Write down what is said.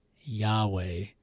Yahweh